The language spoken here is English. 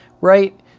right